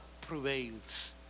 prevails